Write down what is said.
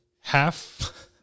Half